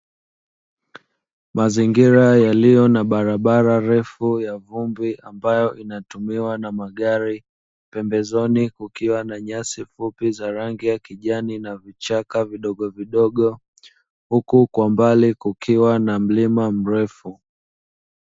Mazingira yaliyo na barabara refu ya vumbi, ambayo inatumiwa na magari pembezoni kukiwa na nyasi fupi za rangi ya kijani na vichaka vidogovidogo, huku kwa mbali kukiwa na mlima mrefu.